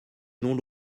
non